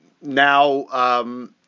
now